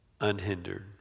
unhindered